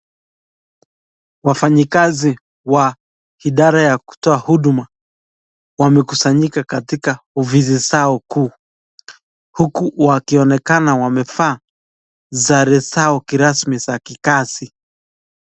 Wafanyi kazi wa idara ya kutoa huduma, wamekusanyika katika ofisi zao kuu, huku wakionekana wamevaa sare kirasmi za kikazi.